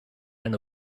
and